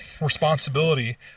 responsibility